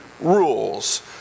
rules